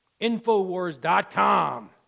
Infowars.com